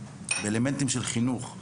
באלמנטים של חינוך,